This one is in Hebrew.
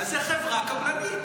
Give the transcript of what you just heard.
זאת חברה קבלנית.